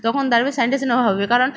তখন তাদের স্যানিটেশনের অভাব হবে কারণ